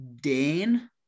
Dane